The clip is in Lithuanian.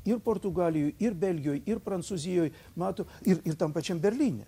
ir portugalijoj ir belgijoj ir prancūzijoj mato ir ir tam pačiam berlyne